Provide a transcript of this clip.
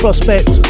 Prospect